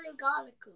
garlic